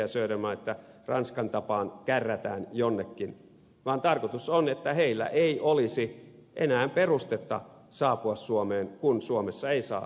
söderman että ranskan tapaan kärrätään jonnekin vaan tarkoitus on että heillä ei olisi enää perustetta saapua suomeen kun suomessa ei saa rauhassa kerjätä